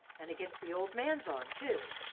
and against the old man's arm, too,